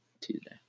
Tuesday